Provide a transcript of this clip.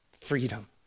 freedom